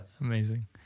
amazing